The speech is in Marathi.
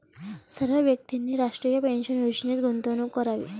सर्व व्यक्तींनी राष्ट्रीय पेन्शन योजनेत गुंतवणूक करावी